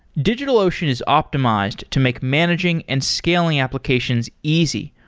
digitalocean is optimized to make managing and scaling applications easy,